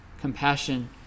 compassion